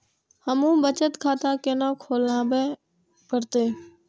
हमू बचत खाता केना खुलाबे परतें?